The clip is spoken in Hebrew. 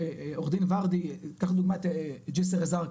שעורך דין ורדי, ניקח דוגמא את ג'סר א-זרקא,